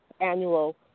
annual